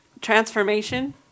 Transformation